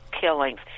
killings